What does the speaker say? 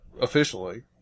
officially